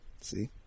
See